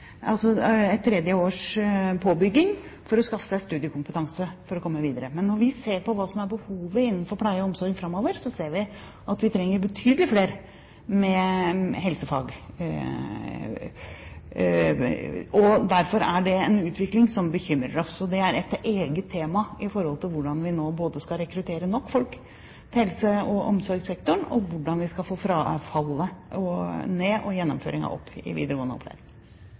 et tredje års påbygging for å skaffe seg studiekompetanse for å komme videre. Men når vi ser på hva som er behovet innenfor pleie og omsorg framover, ser vi at vi trenger betydelig flere med helsefag. Derfor er dette en utvikling som bekymrer oss, og det er et eget tema hvordan vi nå både skal rekruttere nok folk i helse- og omsorgssektoren og få frafallet ned og gjennomføringen opp i videregående opplæring.